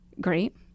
great